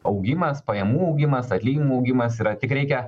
augimas pajamų augimas atlyginimų augimas yra tik reikia